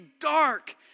dark